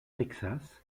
texas